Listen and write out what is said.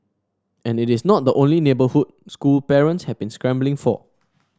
and it is not the only neighbourhood school parents have been scrambling for